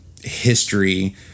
history